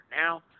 Now